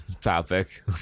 Topic